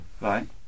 right